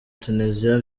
tunisia